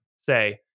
say